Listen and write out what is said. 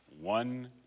one